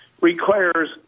requires